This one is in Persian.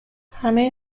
همه